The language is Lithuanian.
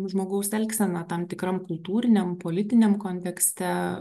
žmogaus elgseną tam tikram kultūriniam politiniam kontekste